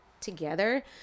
together